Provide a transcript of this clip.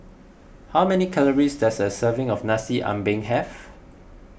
how many calories does a serving of Nasi Ambeng have